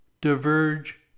diverge